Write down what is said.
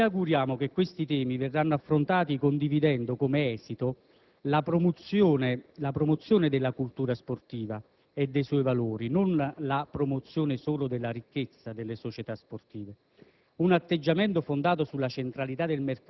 degli stadi in capo alle società sportive. Ci auguriamo che questi temi verranno affrontati condividendo, come esito, la promozione della cultura sportiva e dei suoi valori, non la promozione solo della ricchezza delle società sportive.